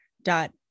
dot